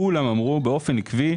באופן עקבי,